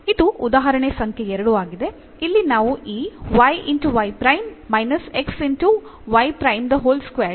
ಇದು ಉದಾಹರಣೆ ಸಂಖ್ಯೆ 2 ಆಗಿದೆ